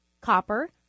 Copper